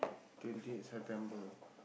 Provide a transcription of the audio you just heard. twenty eight September